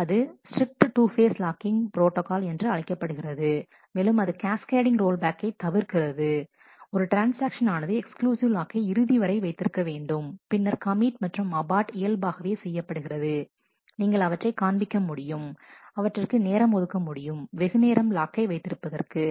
அது strict 2 phase locking என்று அழைக்கப்படுகிறது மேலும் அது கேஸ் கேடிங் ரோல் பேக்கை தவிர்க்கிறது ஒரு ட்ரான்ஸ்ஆக்ஷன் ஆனது எக்ஸ்க்ளூசிவ் லாக்கை இறுதி வரை வைத்திருக்க வேண்டும் பின்னர் கமிட் மற்றும் அபார்ட் இயல்பாகவே செய்யப்படுகிறது நீங்கள் அவற்றை காண்பிக்க முடியும் அவற்றிற்கு நேரம் ஒதுக்க முடியும் வெகுநேரம் லாக்கை வைத்திருப்பதற்கு